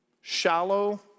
shallow